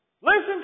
Listen